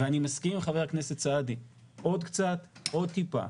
ואני מסכים עם ח"כ סעדי, עוד קצת, עוד טיפה.